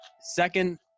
second